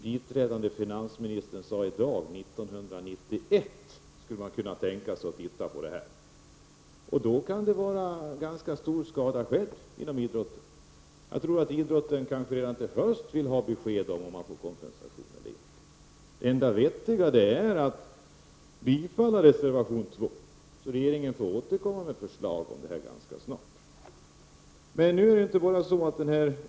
Biträdande finansministern sade i dag att man skulle kunna tänka sig att se över detta 1991. Då kan det redan vara ganska stor skada skedd inom idrotten. Jag tror att idrotten redan i höst vill ha besked om huruvida man får kompensation eller inte. Det enda riktiga vore att bifalla reservation nr 2 så att regeringen får återkomma ganska snart med ett nytt förslag.